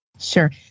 Sure